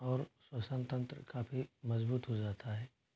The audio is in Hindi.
और श्वसन तंत्र काफ़ी मजबूत हो जाता है